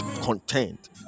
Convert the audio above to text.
content